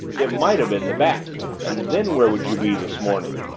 it might have been the bat and then where would you be this morning?